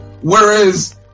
Whereas